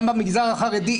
גם במגזר החרדי,